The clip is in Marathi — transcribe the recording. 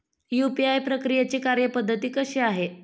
यू.पी.आय प्रक्रियेची कार्यपद्धती कशी आहे?